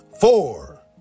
four